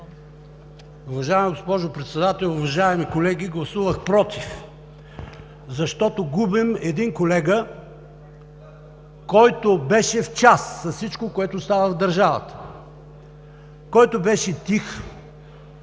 който беше тих,